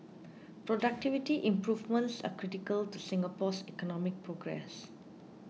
productivity improvements are critical to Singapore's economic progress